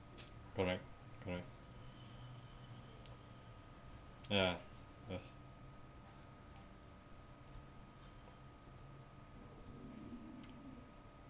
correct correct ya yes